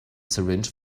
syringe